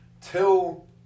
Till